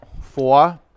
Four